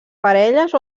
parelles